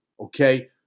okay